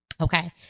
okay